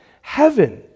heaven